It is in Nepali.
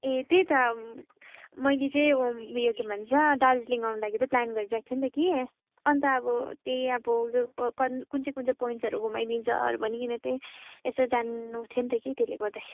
ए त्यही त मैले चाहिँ उयो के भन्छ दार्जिलिङ आउनको लागि त्यही प्लान गरिरहेको थिएँ नि त कि अन्त अब त्यही अब यो क कन कुन चाहिँ कुन चाहिँ पोइन्ट्सहरू घुमाइदिन्छहरू भनिकन त्यही यसो जान्नु थियो नि त कि त्यसले गर्दा